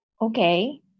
Okay